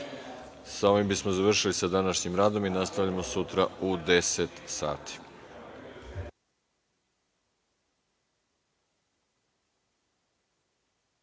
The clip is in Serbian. ovim bismo završili sa današnjim radom i nastavljamo sutra u 10.00 sati.